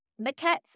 Maquettes